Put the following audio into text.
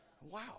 wow